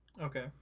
Okay